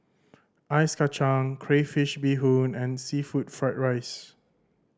ice kacang crayfish beehoon and seafood fried rice